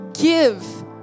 Give